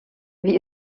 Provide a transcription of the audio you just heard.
wie